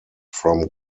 from